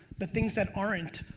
but things that aren't,